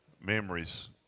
memories